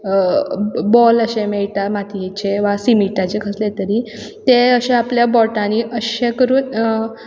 ball अशें मेयटा मातयेचे सिमिटाचे कसले तरी ते आपल्या बोटांनी अशें करून